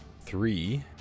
Three